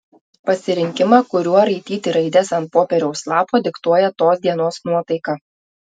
pasirinkimą kuriuo raityti raides ant popieriaus lapo diktuoja tos dienos nuotaika